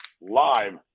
live